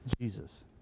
Jesus